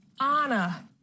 Anna